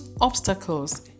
obstacles